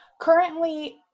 currently